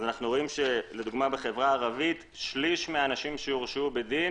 אנחנו רואים שבחברה הערבית שליש מהאנשים שהורשעו בדין